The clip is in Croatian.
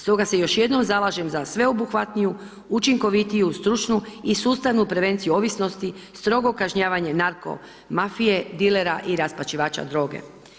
Stoga se još jednom zalažem za sveobuhvatniju, učinkovitiju, stručnu i sustavnu prevenciju ovisnosti, strogo kažnjavanje narko mafije, dilera i raspačavača droge.